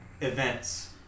events